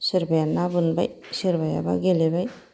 सोरबाया ना बोनबाय सोरबायाबा गेलेबाय